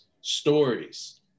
stories